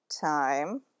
time